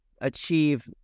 achieve